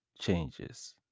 changes